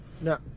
No